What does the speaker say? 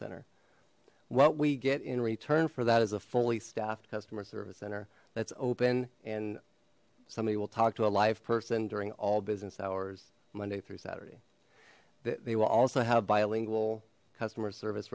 center what we get in return for that is a fully staffed customer service center that's open and somebody will talk to a live person during all business hours monday through saturday they will also have bilingual customer service